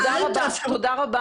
תודה רבה.